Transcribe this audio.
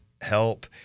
help